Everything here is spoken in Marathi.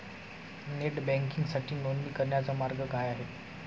नेट बँकिंगसाठी नोंदणी करण्याचा मार्ग काय आहे?